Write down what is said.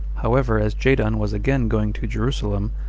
however, as jadon was again going to jerusalem,